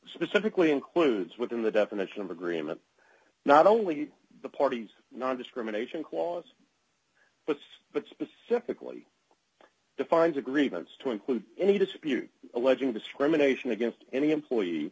specifically includes within the definition of agreement not only the parties nondiscrimination clause but but specifically defines agreements to include any dispute alleging discrimination against any employee